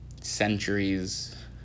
centuries